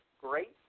great